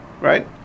right